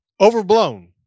Overblown